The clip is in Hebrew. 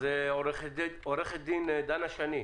אז עורכת דין דנה שני.